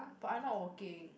but I'm not working